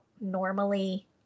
normally